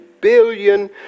billion